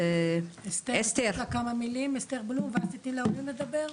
אסתר, בבקשה.